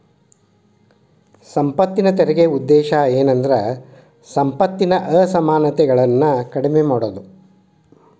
ಸಂಪತ್ತಿನ ತೆರಿಗೆ ಉದ್ದೇಶ ಏನಂದ್ರ ಸಂಪತ್ತಿನ ಅಸಮಾನತೆಗಳನ್ನ ಕಡಿಮೆ ಮಾಡುದು